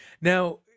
Now